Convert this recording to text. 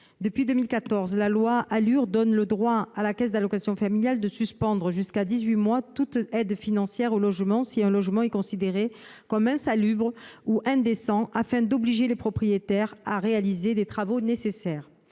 Depuis 2014, la loi ALUR donne le droit à la caisse d'allocations familiales de suspendre jusqu'à dix-huit mois toutes aides financières au logement si un logement est considéré comme insalubre ou indécent afin d'obliger les propriétaires à réaliser les travaux nécessaires.